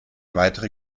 weitere